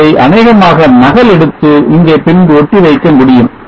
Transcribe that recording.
அதை அனேகமாக நகல் எடுத்து இங்கே பின்பு ஒட்டி வைக்க முடியும்